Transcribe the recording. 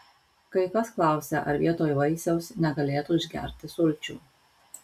kai kas klausia ar vietoj vaisiaus negalėtų išgerti sulčių